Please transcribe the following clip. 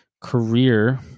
career